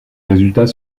résultats